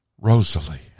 rosalie